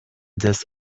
this